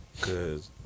Cause